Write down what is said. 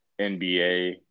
NBA